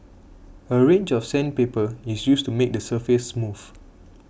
a range of sandpaper is used to make the surface smooth